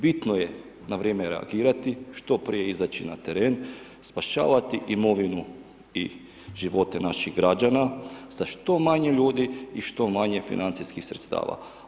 Bitno je na vrijeme reagirati, što prije izaći na teren, spašavati imovinu i živote naših građana sa što manje ljudi i što manje financijskih sredstava.